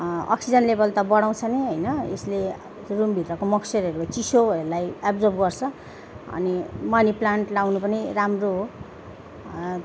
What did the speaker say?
oxygen लेबल त बढाउँछ नै होइन यसले रुमभित्रको मोइसचरहरू चिसोहरूलाई एब्जर्ब गर्छ अनि मनी प्लान्ट लगाउनु पनि राम्रो हो